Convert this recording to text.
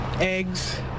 eggs